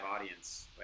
audience